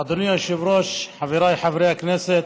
אדוני היושב-ראש, חבריי חברי הכנסת,